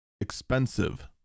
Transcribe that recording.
expensive